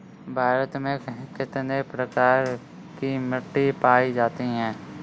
भारत में कितने प्रकार की मिट्टी पाई जाती है?